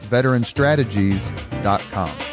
veteranstrategies.com